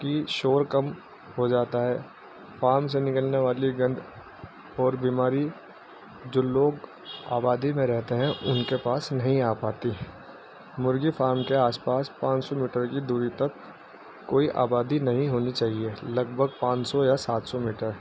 کہ شور کم ہو جاتا ہے فام سے نکلنے والی گند اور بیماری جو لوگ آبادی میں رہتے ہیں ان کے پاس نہیں آ پاتی مرغی فارم کے آس پاس پانچ سو میٹر کی دوری تک کوئی آبادی نہیں ہونی چاہیے لگ بھگ پانچ سو یا سات سو میٹر